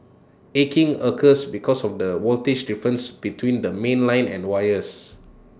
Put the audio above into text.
arcing occurs because of the voltage difference between the mainline and wires